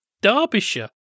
Derbyshire